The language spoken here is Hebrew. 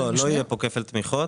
לא יהיה כאן כפל תמיכות.